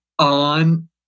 on